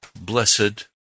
Blessed